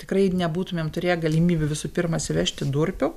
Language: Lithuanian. tikrai nebūtumėm turėję galimybių visų pirma atsivežti durpių